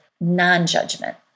non-judgment